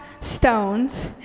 stones